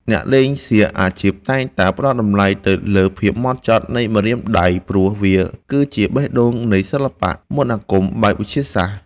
អ្នកលេងសៀកអាជីពតែងតែផ្តល់តម្លៃទៅលើភាពហ្មត់ចត់នៃម្រាមដៃព្រោះវាគឺជាបេះដូងនៃសិល្បៈមន្តអាគមបែបវិទ្យាសាស្ត្រ។